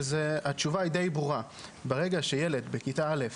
התשובה היא דיי ברורה - ברגע שילד בכיתה א',